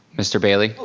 mr. bailey.